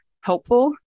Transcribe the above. helpful